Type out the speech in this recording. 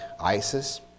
ISIS